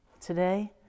today